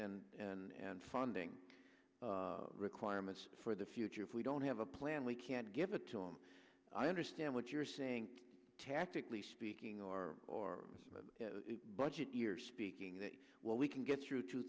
and and funding requirements for the future if we don't have a plan we can't give it to him i understand what you're saying tactically speaking or or budget years speaking that well we can get through two